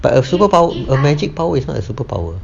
but a superpower a magic power is not a superpower